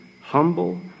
humble